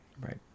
Right